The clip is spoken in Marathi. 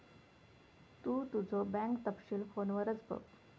तु तुझो बँक तपशील फोनवरच बघ